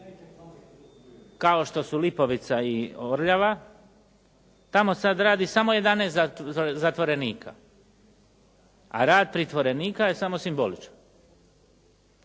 kao što su Lipovica i Orljava, tamo sad radi samo 11 zatvorenika, a rad pritvorenika je samo simboličan.